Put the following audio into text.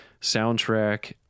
soundtrack